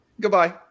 Goodbye